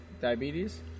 diabetes